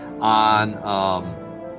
on